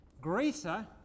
greater